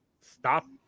stop